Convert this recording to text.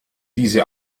diese